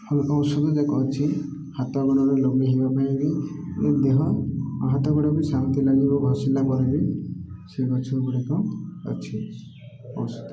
ଆଉ ଔଷଧ ଯାକ ଅଛି ହାତ ଗୋଡ଼ରେ ଲଗେଇ ହେବା ପାଇଁ ବି ଦେହ ହାତ ଗୋଡ଼ ବି ଶାନ୍ତି ଲାଗିବ ଘସିଲା ପରେ ବି ସେ ଗଛ ଗୁଡ଼ିକ ଅଛି ଔଷଧ